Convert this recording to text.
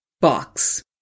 box